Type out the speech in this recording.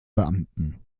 beamten